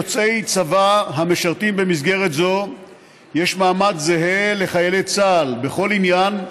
ליוצאי צבא המשרתים במסגרת זו יש מעמד זהה לחיילי צה"ל בכל עניין,